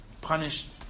Punished